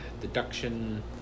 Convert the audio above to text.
Deduction